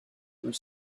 were